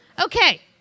Okay